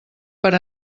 per